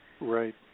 Right